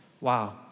Wow